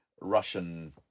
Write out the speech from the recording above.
Russian